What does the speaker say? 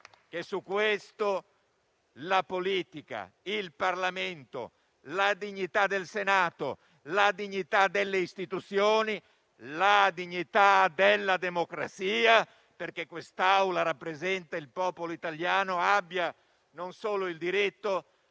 che su questo la politica, il Parlamento, per la dignità del Senato, delle istituzioni e della democrazia - perché quest'Assemblea rappresenta il popolo italiano - abbia, non solo il diritto,